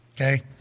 okay